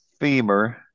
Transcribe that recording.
femur